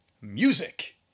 Music